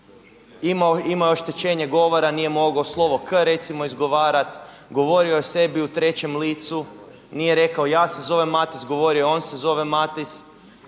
imao je oštećenje govora, nije mogao slovo K recimo izgovarati, govorio je o sebi u trećem licu, nije rekao ja se zovem Mathis, govorio je on se zove Mathis